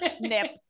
nip